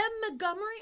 Montgomery